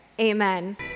amen